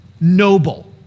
noble